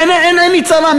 ואין עיני צרה,